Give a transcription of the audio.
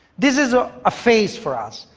this is a ah face for us.